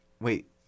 Wait